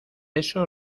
eso